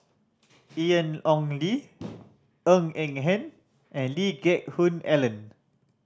Ian Ong Li Ng Eng Hen and Lee Geck Hoon Ellen